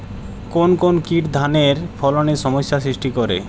কোন কোন কীট ধানের ফলনে সমস্যা সৃষ্টি করে?